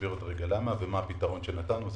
ואסביר בעוד רגע למה ומה הפתרון שנתנו,